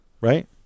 right